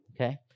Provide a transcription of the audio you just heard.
okay